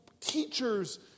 teachers